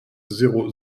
zéro